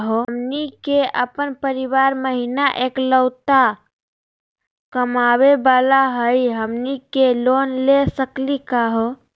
हमनी के अपन परीवार महिना एकलौता कमावे वाला हई, हमनी के लोन ले सकली का हो?